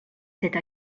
cette